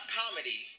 comedy